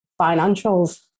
financials